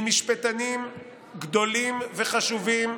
וממשפטנים גדולים וחשובים,